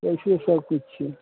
पैसे सभ किछु छियै